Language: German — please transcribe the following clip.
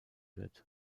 wird